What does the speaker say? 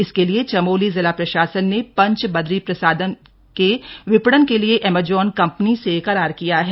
इसके लिए चमोली जिला प्रशासन ने पंच बदरी प्रसादम के विपणन के लिए एमेजॉन कंपनी से करार किया है